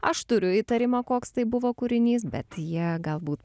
aš turiu įtarimą koks tai buvo kūrinys bet jie galbūt